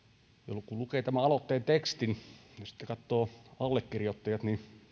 kun lukee tämän aloitteen tekstin ja sitten katsoo allekirjoittajat niin